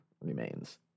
remains